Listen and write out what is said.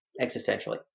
existentially